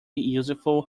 useful